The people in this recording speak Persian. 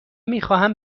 میخواهم